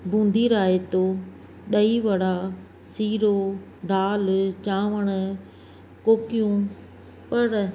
बूंदी राइतो दही वड़ा सीरो दाल चांवर कोकियूं पर